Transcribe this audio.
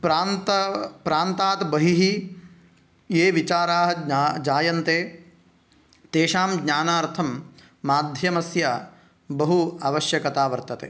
प्रान्त प्रान्ताद् बहिः ये विचाराः ज्ञा जायन्ते तेषां ज्ञानार्थं माध्यमस्य बहु आवश्यकता वर्तते